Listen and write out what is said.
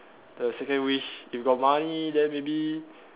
the second wish if got money then maybe